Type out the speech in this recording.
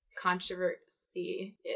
controversy